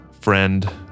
friend